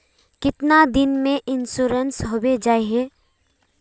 कीतना दिन में इंश्योरेंस होबे जाए है?